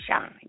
Shine